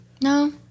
No